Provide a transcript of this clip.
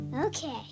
Okay